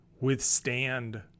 withstand